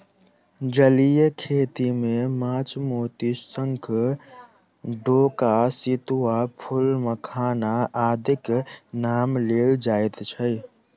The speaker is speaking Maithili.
जलीय खेती मे माछ, मोती, शंख, डोका, सितुआ, फूल, मखान आदिक नाम लेल जाइत छै